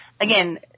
again